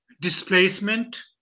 displacement